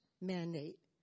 mandate